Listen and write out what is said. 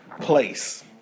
place